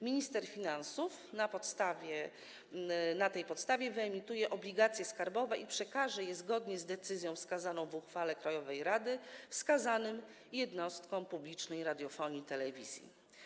Minister finansów na tej podstawie wyemituje obligacje skarbowe i przekaże je zgodnie z decyzją wskazaną w uchwale krajowej rady wskazanym jednostkom publicznej radiofonii i telewizji.